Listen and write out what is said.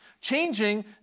changing